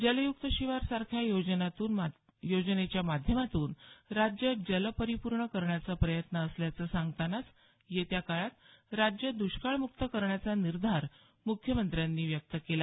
जलयुक्त शिवार सारख्या योजनेच्या माध्यमातून राज्य जल परिपूर्ण करण्याचा शासनाचा प्रयत्न असल्याचं सांगतानाच येत्या काळात राज्य दुष्काळ मुक्त करण्याचा निर्धार मुख्यमंत्र्यांनी व्यक्त केला